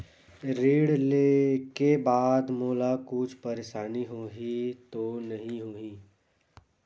ऋण लेके बाद मोला कुछु परेशानी तो नहीं होही?